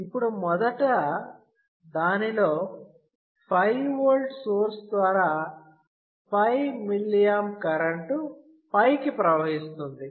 ఇప్పుడు మొదట దానిలో 5V సోర్స్ ద్వారా 5mA కరెంట్ పైకి ప్రవహిస్తోంది